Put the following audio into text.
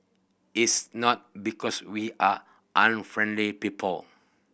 it's not because we are unfriendly people